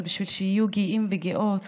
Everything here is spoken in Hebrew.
אבל בשביל שיהיו גאים וגאות